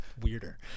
weirder